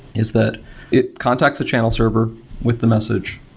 is that it contacts the channel server with the message.